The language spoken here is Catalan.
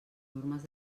normes